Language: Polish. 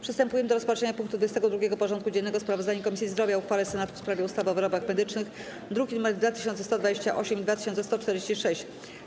Przystępujemy do rozpatrzenia punktu 22. porządku dziennego: Sprawozdanie Komisji Zdrowia o uchwale Senatu w sprawie ustawy o wyrobach medycznych (druki nr 2128 i 2146)